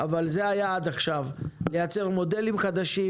אבל זה היעד עכשיו לייצר מודלים חדשים